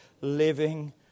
living